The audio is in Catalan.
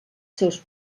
seus